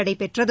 நடைபெற்றது